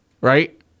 right